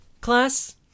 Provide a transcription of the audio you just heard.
class